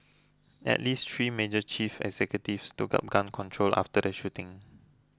at least three major chief executives took up gun control after the shooting